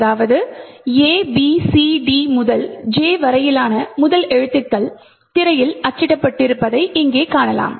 எனவே ABCD முதல் J வரையிலான முதல் எழுத்துக்கள் திரையில் அச்சிடப்பட்டிருப்பதை இங்கே காணலாம்